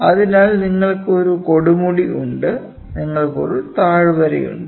അതിനാൽ നിങ്ങൾക്ക് ഒരു കൊടുമുടി ഉണ്ട് നിങ്ങൾക്ക് ഒരു താഴ്വരയുണ്ട്